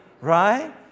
Right